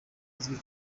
uzwi